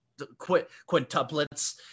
Quintuplets